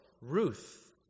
Ruth